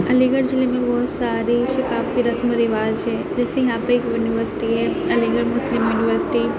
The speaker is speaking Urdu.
علی گڑھ ضلع کی بہت ساری ثقافتی رسم و رواج ہے جیسے یہاں پہ ایک یونیورسٹی ہے علی گڑھ مسلم یونیورسٹی